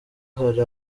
hari